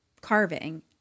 carving